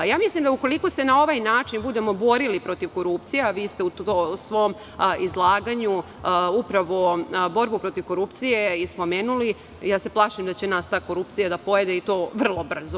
Mislim da ukoliko se na ovaj način budemo borili protiv korupcije, a vi ste u svom izlaganju upravo borbu protiv korupcije i spomenuli, plašim se da će nas ta korupcija da pojede i to vrlo brzo.